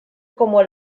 como